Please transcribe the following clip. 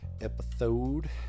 episode